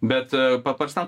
bet paprastam